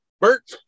Bert